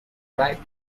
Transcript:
ripe